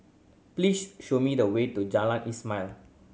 please show me the way to Jalan Ismail